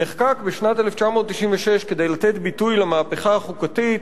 נחקק בשנת 1996 כדי לתת ביטוי למהפכה החוקתית